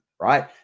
right